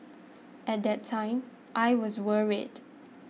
at that time I was worried